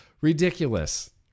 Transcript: Ridiculous